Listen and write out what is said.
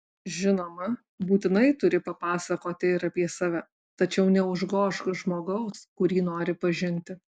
žinoma būtinai turi papasakoti ir apie save tačiau neužgožk žmogaus kurį nori pažinti